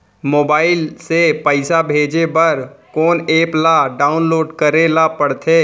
Mobile से पइसा भेजे बर कोन एप ल डाऊनलोड करे ला पड़थे?